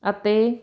ਅਤੇ